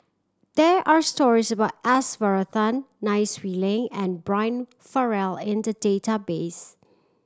there are stories about S Varathan Nai Swee Leng and Brian Farrell in the database